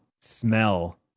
smell